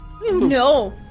No